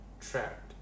trapped